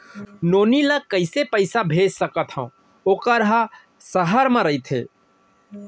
नोनी ल कइसे पइसा भेज सकथव वोकर ह सहर म रइथे?